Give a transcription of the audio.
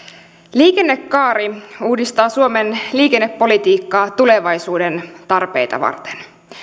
liikennekaari uudistaa suomen liikennepolitiikkaa tulevaisuuden tarpeita varten